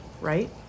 right